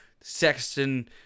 Sexton